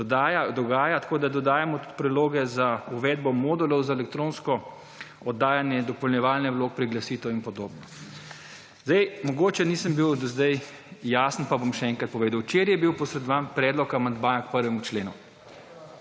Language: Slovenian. dogaja. Tako da, dodajamo tudi predloge za uvedbo modulov za elektronsko oddajanje in dopolnjevanje vlog, priglasitev in podobno. Zdaj, mogoče nisem bil do zdaj jasen, pa bom še enkrat povedal. Včeraj je bil posredovan predlog amandmaja k 1. členu,